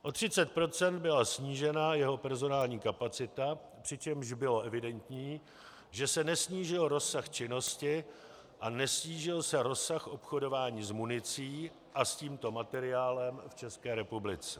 O 30 % byla snížena jeho personální kapacita, přičemž bylo evidentní, že se nesnížil rozsah činnosti a nesnížil se rozsah obchodování s municí a s tímto materiálem v České republice.